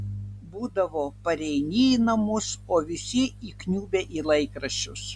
būdavo pareini į namus o visi įkniubę į laikraščius